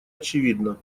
очевидна